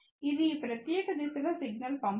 ఇది ఈ ప్రత్యేక దిశలో సిగ్నల్ పంపదు